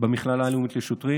במכללה הלאומית לשוטרים.